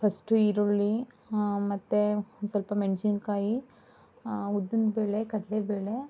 first ಈರುಳ್ಳಿ ಮತ್ತೆ ಸ್ವಲ್ಪ ಮೆಣಸಿನ ಕಾಯಿ ಉದ್ದಿನ ಬೇಳೆ ಕಡಲೆಬೇಳೆ